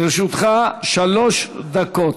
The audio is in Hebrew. לרשותך שלוש דקות.